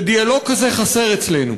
ודיאלוג כזה חסר אצלנו.